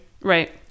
right